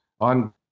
on